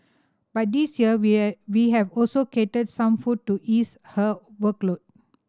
but this year we we have also catered some food to ease her workload